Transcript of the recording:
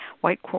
white